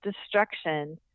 destruction